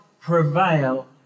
prevail